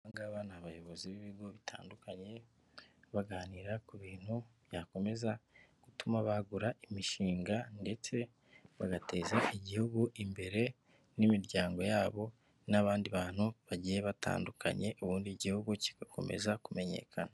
Abangaba ni abayobozi b'ibigo bitandukanye baganira ku bintu byakomeza gutuma bagura imishinga ndetse bagateza igihugu imbere n'imiryango yabo n'abandi bantu bagiye batandukanye ubundi igihugu kigakomeza kumenyekana.